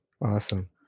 Awesome